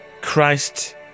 Christ